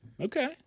okay